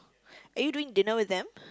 are you doing dinner with them